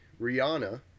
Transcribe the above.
Rihanna